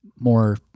More